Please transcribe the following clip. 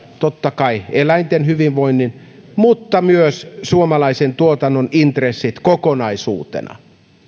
totta kai huomioida eläinten hyvinvoinnin mutta myös suomalaisen tuotannon intressit kokonaisuutena